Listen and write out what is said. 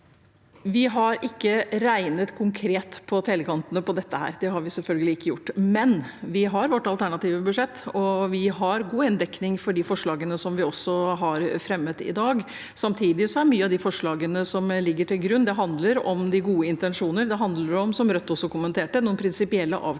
Vi har ikke regnet konkret på tellekantene på dette – det har vi selvfølgelig ikke gjort – men vi har vårt alternative budsjett, og vi har god inndekning for de forslagene som vi har fremmet i dag. Samtidig handler mange av de forslagene som ligger til grunn, om de gode intensjoner. Det handler, som Rødt også kommenterte, om noen prinsipielle avklaringer.